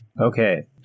Okay